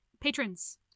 Patrons